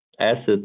assets